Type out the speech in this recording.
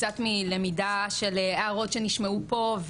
קצת מלמידה של הערות שנשמעו פה,